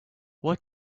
why